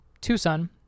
Tucson